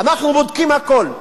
אנחנו בודקים הכול,